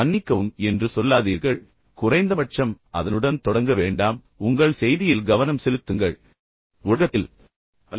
மன்னிக்கவும் என்று சொல்லாதீர்கள் குறைந்தபட்சம் அதனுடன் தொடங்க வேண்டாம் உங்கள் செய்தியில் கவனம் செலுத்துங்கள் ஊடகத்தில் அல்ல